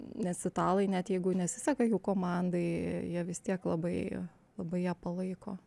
nes italai net jeigu nesiseka jų komandai jie vis tiek labai labai ją palaiko